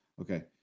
okay